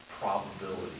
probability